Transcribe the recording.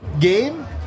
game